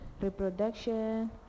reproduction